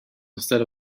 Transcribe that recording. instead